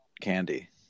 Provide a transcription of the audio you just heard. candy